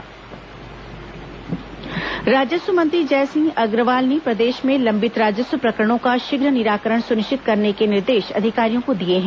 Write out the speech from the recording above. राजस्व मंत्री समीक्षा राजस्व मंत्री जयसिंह अग्रवाल ने प्रदेश में लंबित राजस्व प्रकरणों का शीघ्र निराकरण सुनिश्चित करने के निर्देश अधिकारियों को दिए हैं